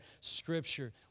scripture